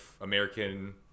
American